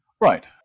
right